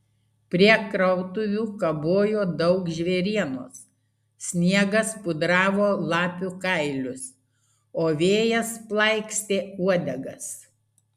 prie krautuvių kabojo daug žvėrienos sniegas pudravo lapių kailius o vėjas plaikstė uodegas